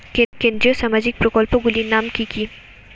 কেন্দ্রীয় সামাজিক প্রকল্পগুলি নাম কি কি?